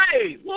Hey